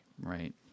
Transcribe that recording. Right